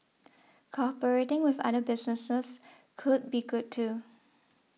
cooperating with other businesses could be good too